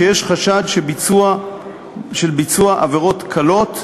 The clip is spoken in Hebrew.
שיש לגביהם חשד של ביצוע עבירות קלות,